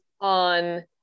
on